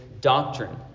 doctrine